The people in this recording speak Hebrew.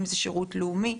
אם זה שירות לאומי,